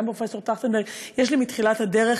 עם פרופ' טרכטנברג יש לי מתחילת הדרך